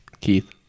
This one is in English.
Keith